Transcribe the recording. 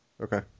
Okay